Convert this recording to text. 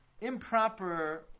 improper